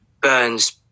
Burns